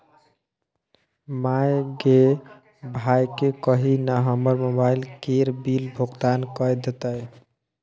माय गे भैयाकेँ कही न हमर मोबाइल केर बिल भोगतान कए देतै